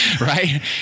Right